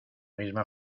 misma